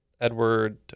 Edward